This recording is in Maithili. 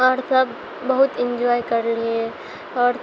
आओर सब बहुत एन्जॉय करलिए आओर